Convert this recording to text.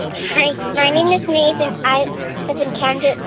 hi, my name is nathan. i live in candor,